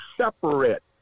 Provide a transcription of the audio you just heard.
separate